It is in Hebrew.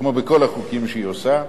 כמו בכל החוקים שהיא עושה,